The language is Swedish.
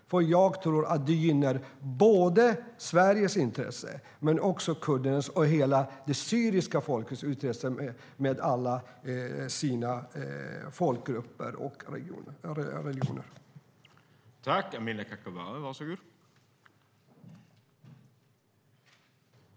Jag tror att det skulle gynna både Sveriges och kurdernas intressen, liksom hela det syriska folkets intressen med alla de folkgrupper och religioner som där finns.